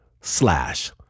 slash